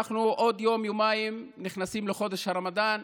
עוד יום-יומיים אנחנו נכנסים לחודש הרמדאן,